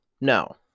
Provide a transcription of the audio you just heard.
no